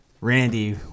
Randy